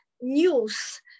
news